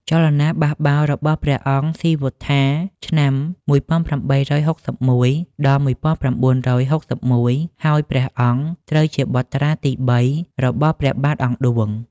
ចលនាបះបោររបស់ព្រះអង្គស៊ីវត្ថា (ឆ្នាំ ១៨៦១-១៨៩១) ហើយ ព្រះអង្គត្រូវជាបុត្រាទី ៣ របស់ព្រះបាទអង្គឌួង។